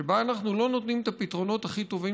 שבה אנחנו לא נותנים את הפתרונות הכי טובים